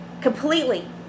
completely